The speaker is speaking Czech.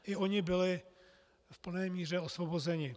I oni byli v plné míře osvobozeni.